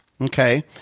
Okay